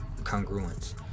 congruence